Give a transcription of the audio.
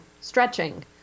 stretching